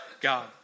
God